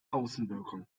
außenwirkung